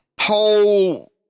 whole